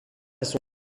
son